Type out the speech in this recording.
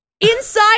inside